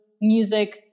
music